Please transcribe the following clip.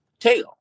tail